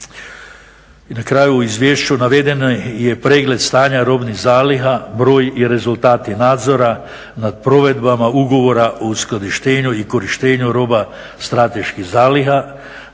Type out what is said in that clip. I na kraju u izvješću naveden je pregled stanja robnih zaliha, broj i rezultati nadzora nad provedbama ugovora u skladištenju i korištenju roba strateških zaliha,